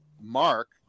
Mark